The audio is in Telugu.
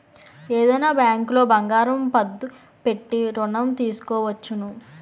ఏదైనా బ్యాంకులో బంగారం పద్దు పెట్టి ఋణం తీసుకోవచ్చును